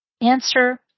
Answer